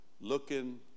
looking